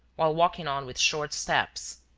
while walking on with short steps.